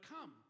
come